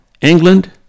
England